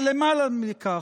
אבל למעלה מכך,